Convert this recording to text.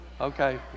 Okay